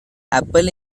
apple